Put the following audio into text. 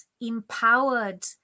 empowered